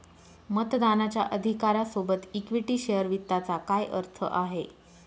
मतदानाच्या अधिकारा सोबत इक्विटी शेअर वित्ताचा काय अर्थ आहे?